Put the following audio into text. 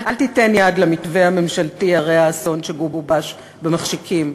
אל תיתן יד למתווה הממשלתי הרה-האסון שגובש במחשכים.